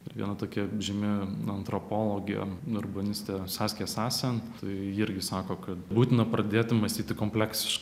ir viena tokia žymi antropologė urbanistė saskė sasen irgi sako kad būtina pradėti mąstyti kompleksiškai